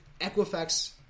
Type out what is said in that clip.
Equifax